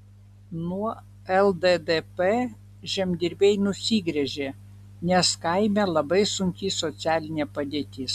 nuo lddp žemdirbiai nusigręžė nes kaime labai sunki socialinė padėtis